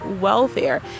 welfare